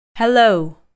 Hello